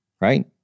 Right